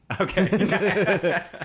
Okay